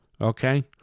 Okay